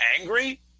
angry